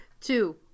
two